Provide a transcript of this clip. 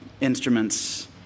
instruments